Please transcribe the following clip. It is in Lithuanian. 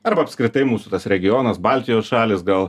arba apskritai mūsų tas regionas baltijos šalys gal